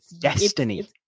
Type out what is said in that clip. destiny